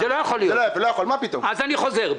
זה לא יכול להיות, אז אני חוזר בי.